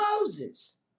Moses